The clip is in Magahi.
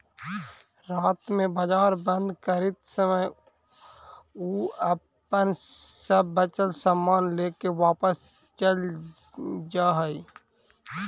रात में बाजार बंद करित समय उ अपन सब बचल सामान लेके वापस चल जा हइ